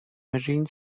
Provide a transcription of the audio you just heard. marine